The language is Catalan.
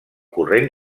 corrent